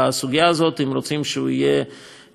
אם רוצים שהוא יהיה יותר ממוקד,